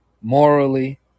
morally